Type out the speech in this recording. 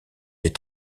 des